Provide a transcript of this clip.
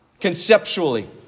Conceptually